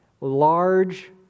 Large